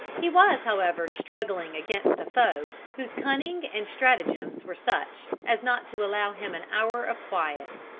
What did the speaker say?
he was however struggling against a foe whose cunning and strategems were such, as not to allow him an hour of quiet.